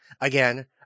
Again